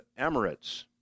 Emirates